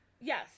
yes